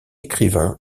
écrivain